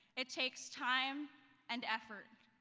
it takes time and effort.